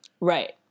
Right